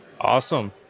Awesome